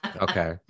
Okay